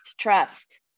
trust